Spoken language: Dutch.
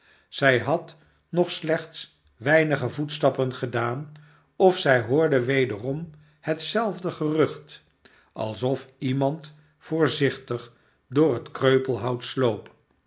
zij had nog slechts weinige voetstappen gedaan of zij hoorde wederom hetzelfde gerucht alsof iemand voorzichtig door het kreupelhout sloop